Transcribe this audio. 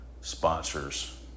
sponsors